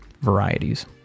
varieties